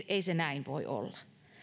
ei se näin voi olla